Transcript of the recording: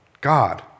God